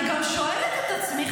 אני גם שואלת את עצמי,